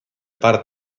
par